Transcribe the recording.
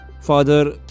father